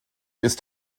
ist